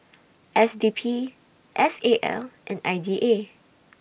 S D P S A L and I D A